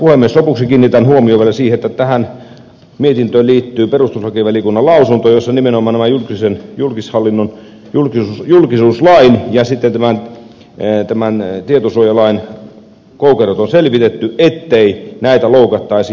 lopuksi kiinnitän huomiota siihen että tähän mietintöön liittyy perustuslakivaliokunnan lausunto jossa nimenomaan nämä julkishallinnon julkisuuslain ja sitten tämän tietosuojalain koukerot on selvitetty ettei näitä loukattaisi